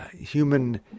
human